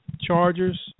Chargers